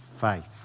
faith